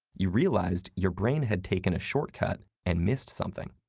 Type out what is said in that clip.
you realized your brain had taken a short cut and missed something.